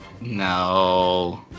No